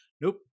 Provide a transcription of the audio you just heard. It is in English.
nope